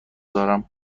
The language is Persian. دارم